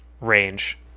range